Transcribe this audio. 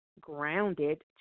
grounded